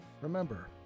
Remember